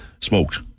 smoked